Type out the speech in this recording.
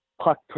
Puck